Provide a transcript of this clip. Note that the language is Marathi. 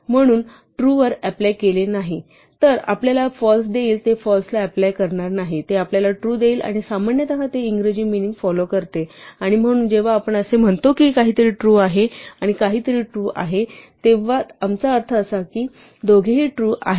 म्हणून ट्रू वर अप्लाय केले नाही तर ते आपल्याला फाल्स देईल ते फाल्स ला अप्लाय करणार नाही ते आपल्याला ट्रू देईल आणि सामान्यतः ते इंग्रजी मिनिंग फॉलोव करते आणि म्हणून जेव्हा आपण असे म्हणतो की काहीतरी ट्रू आहे आणि दुसरे काहीतरी ट्रू आहे तेव्हा आमचा अर्थ आहे की ते दोघेही ट्रू आहेत